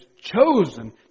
chosen